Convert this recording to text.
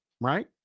right